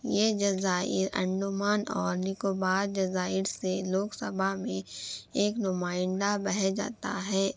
یہ جزائر انڈمان اور نکوبار جزائر سے لوک سبھا میں ایک نمائندہ بھیجتا ہے